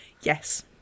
yes